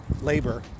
labor